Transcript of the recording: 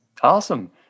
Awesome